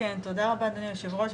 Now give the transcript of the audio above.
תודה רבה אדוני היו"ר,